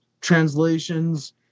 translations